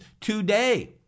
today